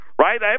Right